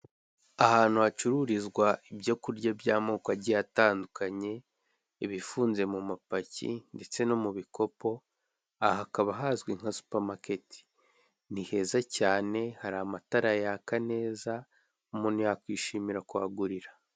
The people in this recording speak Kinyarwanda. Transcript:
Ahantu hacururizwa ibyokurya by'amoko agiye atandukanye, ibifunze mu mapaki ndetse no mu bikopo aha hakaba hazwi nka supamaketi ni heza cyane hari amatara yaka neza umuntu yakwishimira kuhagurira.